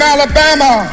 Alabama